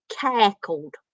cackled